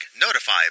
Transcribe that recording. notify